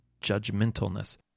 judgmentalness